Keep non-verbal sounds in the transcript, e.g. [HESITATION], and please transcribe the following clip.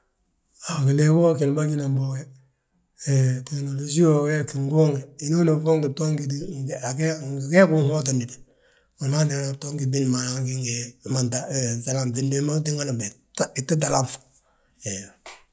A gilee go, a gini bâginan bo we, hee tegnoliju wo wee ggin guuŋi. Hinooni fuuŋti btoon gíti [HESITATION] a geegi ngi geegi, unhotinde, wi ma tínga btoon giti biindi ma bita talanŧ.